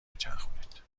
بچرخونید